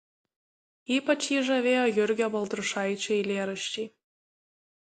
ypač jį žavėjo jurgio baltrušaičio eilėraščiai